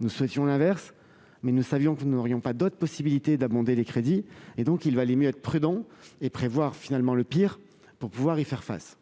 nous souhaitions l'inverse, nous savions que nous n'aurions pas d'autre possibilité d'abonder les crédits. Il valait donc mieux être prudent et prévoir le pire pour pouvoir y faire face.